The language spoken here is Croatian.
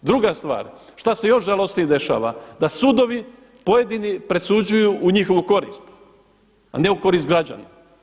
Druga stvar, šta se još žalosnije dešava, da sudovi pojedini presuđuju u njihovu korist, a ne u korist građana.